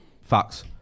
Facts